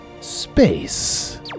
Space